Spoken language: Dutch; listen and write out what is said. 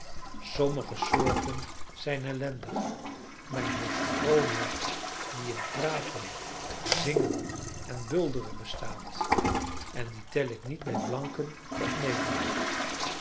sommige soorten zijn ellendig men heeft vroomheid die in praten zingen en bulderen bestaat en die tel ik niet bij blanken of